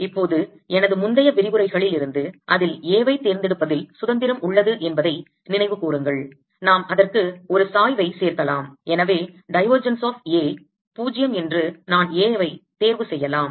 இப்போது எனது முந்தைய விரிவுரைகளில் இருந்து அதில் A வைத் தேர்ந்தெடுப்பதில் சுதந்திரம் உள்ளது என்பதை நினைவுகூருங்கள் நாம் அதற்கு ஒரு சாய்வை சேர்க்கலாம் எனவே divergence of A A என்ற வேறுபாடு 0 என்று நான் Aவை தேர்வு செய்யலாம்